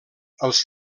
els